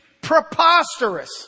preposterous